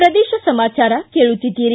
ಪ್ರದೇಶ ಸಮಾಚಾರ ಕೇಳುತ್ತೀದ್ದಿರಿ